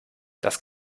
das